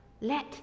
let